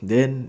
then